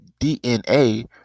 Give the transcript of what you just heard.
DNA